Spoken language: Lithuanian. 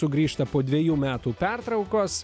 sugrįžta po dviejų metų pertraukos